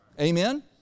Amen